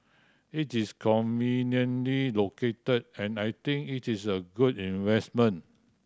it's conveniently located and I think it is a good investment